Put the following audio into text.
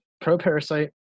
pro-Parasite